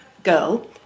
girl